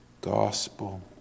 gospel